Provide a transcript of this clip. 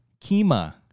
kima